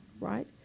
Right